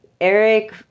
Eric